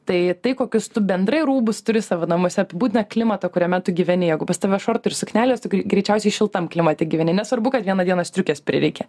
tai tai kokius tu bendrai rūbus turi savo namus apibūdina klimatą kuriame tu gyveni jeigu pas tave šortų ir suknelės greičiausiai šiltam klimate gyveni nesvarbu kad vieną dieną striukės prireikia